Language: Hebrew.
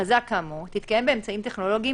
הכרזה כאמור תתקיים באמצעים טכנולוגיים